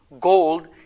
Gold